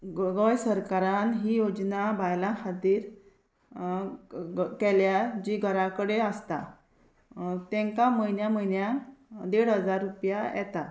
गोंय सरकारान ही योजना बायलां खातीर केल्या जी घरा कडेन आसता तांकां म्हयन्या म्हयन्याक देड हजार रुपया येता